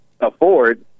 afford